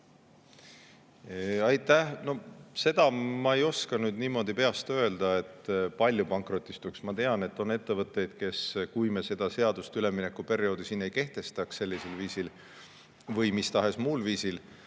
Aitäh! Seda ma ei oska niimoodi peast öelda, kui palju pankrotistuks. Ma tean, et on ettevõtteid, kes, kui me seda seadust, üleminekuperioodi siin ei kehtestaks sellisel viisil või mis tahes muul viisil,